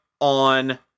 on